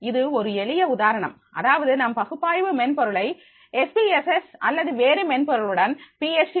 இது ஒரு எளிய உதாரணம் அதாவது நாம் பகுப்பாய்வு மென்பொருளை எஸ் பி எஸ் எஸ் அல்லது வேறு மென்பொருளுடன் பி ஹச் டி P